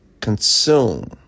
consume